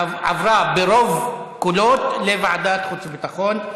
עברה ברוב קולות לוועדת חוץ וביטחון,